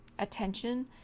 attention